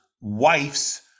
wife's